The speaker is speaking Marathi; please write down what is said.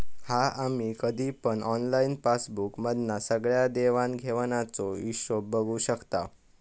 हा आम्ही कधी पण ऑनलाईन पासबुक मधना सगळ्या देवाण घेवाणीचो हिशोब बघू शकताव